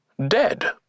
Dead